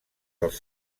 dels